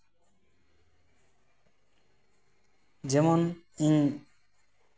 ᱡᱮᱢᱚᱱ ᱤᱧ